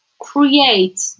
create